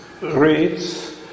rates